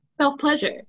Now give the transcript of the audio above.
self-pleasure